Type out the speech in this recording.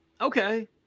okay